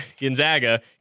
Gonzaga